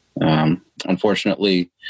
Unfortunately